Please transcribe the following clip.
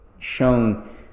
shown